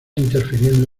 interfiriendo